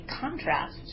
contrast